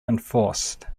enforced